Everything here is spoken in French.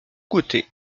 côtés